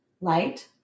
light